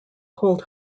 cold